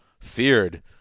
Feared